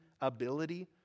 ability